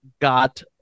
got